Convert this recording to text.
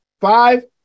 Five